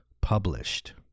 published